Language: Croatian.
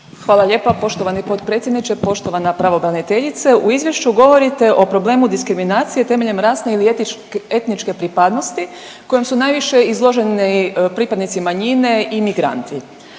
Hvala lijepa poštovani potpredsjedniče. Poštovana pravobraniteljice, u izvješću govorite o problemu diskriminacije temeljem rasne ili etničke pripadnosti kojom su najviše izloženi pripadnici manjine i migranti.